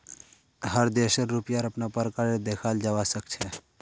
हर देशेर रुपयार अपना प्रकार देखाल जवा सक छे